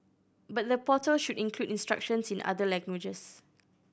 but the portal should include instructions in other languages